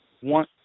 one